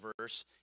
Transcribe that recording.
verse